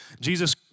Jesus